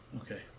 Okay